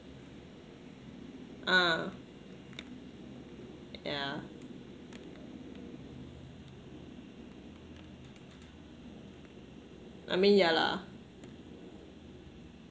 ah yeah I mean ya lah